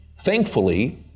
thankfully